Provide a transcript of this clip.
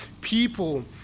people